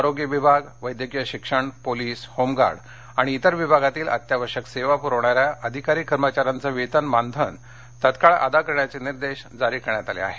आरोग्य विभाग वैद्यकीय शिक्षण पोलीस होमगार्ड आणि इतर विभागातील अत्यावश्यक सेवा पुरवणाऱ्या अधिकारी कर्मचाऱ्यांचे वेतन मानधन तात्काळ अदा करण्याचे निर्देश जारी करण्यात आले आहेत